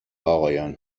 آقایان